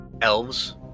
Elves